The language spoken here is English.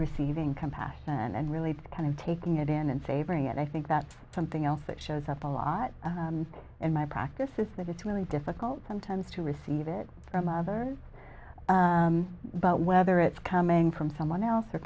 receiving come past and really kind of taking it in and savoring it i think that's something else that shows up a lot in my practice is that it's really difficult sometimes to receive it from others but whether it's coming from someone else or